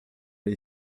les